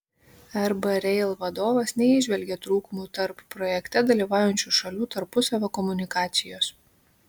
rb rail vadovas neįžvelgė trūkumų tarp projekte dalyvaujančių šalių tarpusavio komunikacijos